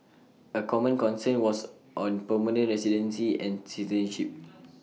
A common concern was on permanent residency and citizenship